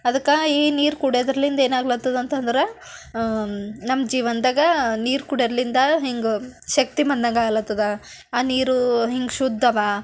ಅದ್ಕೆ ಈ ನೀರು ಕುಡ್ಯದ್ರಲಿಂದ ಏನು ಆಗ್ಲತ್ತದಂತಂದ್ರೆ ನಮ್ಮ ಜೀವನದಾಗ ನೀರು ಕುಡ್ಯರ್ಲಿಂದ ಹೀಗೆ ಶಕ್ತಿ ಬಂದಂಗೆ ಆಗ್ಲತ್ತದ ಆ ನೀರು ಹೀಗೆ ಶುದ್ಧವಾ